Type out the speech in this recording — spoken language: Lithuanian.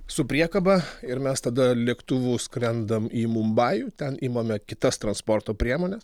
su priekaba ir mes tada lėktuvu skrendam į mumbajų ten imame kitas transporto priemones